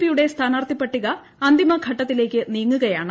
പിയുടെ സ്ഥാനാർത്ഥിപ്പട്ടിക അന്തിമഘട്ടത്തിലേക്ക് നീങ്ങുകയാണ്